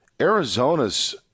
Arizona's